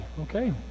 Okay